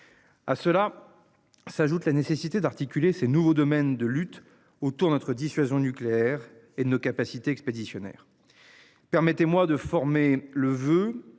À cela. S'ajoute la nécessité d'articuler ces nouveaux domaines de lutte autour notre dissuasion nucléaire et nos capacités expéditionnaires. Permettez-moi de former le voeu.